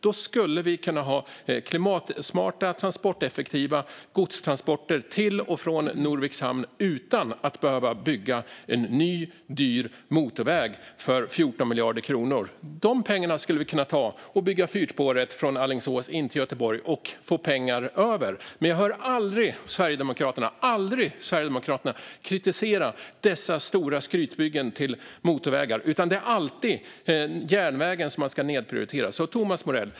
Då skulle vi kunna få klimatsmarta, transporteffektiva godstransporter till och från Norviks hamn utan att behöva bygga en ny, dyr motorväg för 14 miljarder kronor. De pengarna skulle vi kunna ta till att bygga fyrspåret från Alingsås in till Göteborg och få pengar över. Jag hör aldrig Sverigedemokraterna kritisera dessa stora skrytbyggen till motorvägar. Det är alltid järnvägen som ska nedprioriteras.